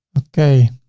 okay.